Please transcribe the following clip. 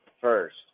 first